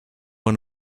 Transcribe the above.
one